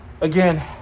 Again